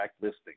listing